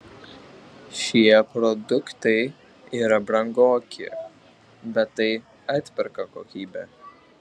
šie produktai yra brangoki bet tai atperka kokybė